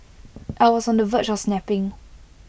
I was on the verge of snapping